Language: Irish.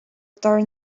dár